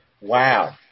Wow